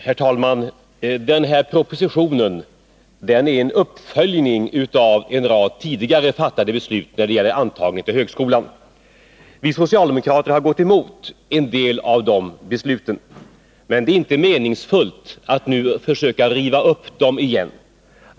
Herr talman! Proposition 184 är en uppföljning av en rad tidigare fattade beslut när det gäller antagning till högskolan. Vi socialdemokrater har gått emot en del av de besluten, men det är inte meningsfullt att nu försöka riva upp dem.